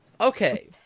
Okay